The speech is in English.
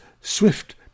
swift